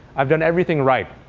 i've done everything right.